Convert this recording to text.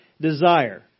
desire